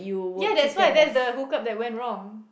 ya that's why that's the hook up that went wrong